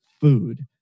food